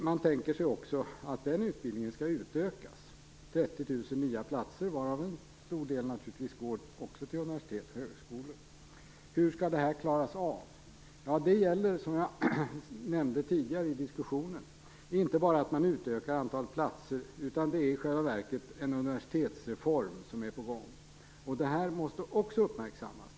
Man tänker sig också att den utbildningen skall utökas - 30 000 nya platser, varav en stor del naturligtvis också går till universitet och högskolor. Hur skall det här klaras av? Det gäller, som jag nämnde tidigare i diskussionen, inte bara att man utökar antalet platser. Det är i själva verket en universitetsreform som är på gång. Det här måste också uppmärksammas.